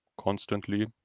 constantly